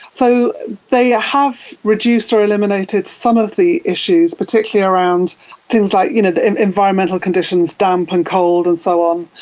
so they have reduced or eliminated some of the issues, particularly around things like you know the environmental conditions, damp and cold and so on,